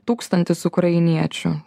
tūkstantis ukrainiečių